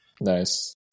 Nice